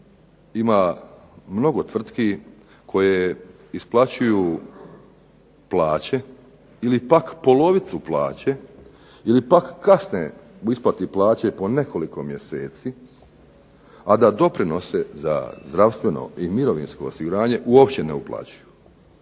ima mnogo tvrtki koje isplaćuju plaće ili pak polovicu plaće ili pak kasne u isplati plaće po nekoliko mjeseci, a da doprinose za zdravstveno i mirovinsko osiguranje uopće ne uplaćuju.